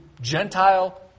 Gentile